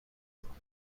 خواهم